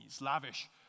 lavish